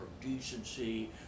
decency